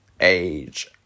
age